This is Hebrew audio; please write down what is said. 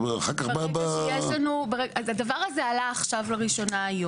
ברגע שיש לנו, הדבר הזה עלה לראשונה היום.